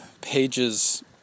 pages